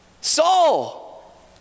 Saul